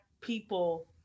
people